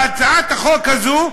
בהצעת החוק הזו,